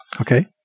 Okay